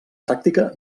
pràctica